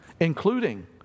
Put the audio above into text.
including